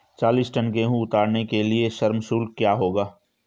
चालीस टन गेहूँ उतारने के लिए श्रम शुल्क क्या होगा?